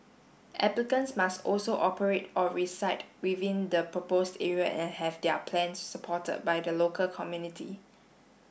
applicants must also operate or reside within the proposed area and have their plans supported by the local community